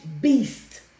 beast